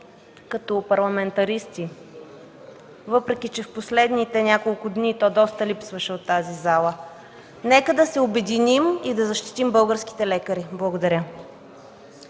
като парламентаристи, въпреки че през последните няколко дни то доста липсваше от тази зала. Нека да се обединим и да защитим българските лекари! Благодаря.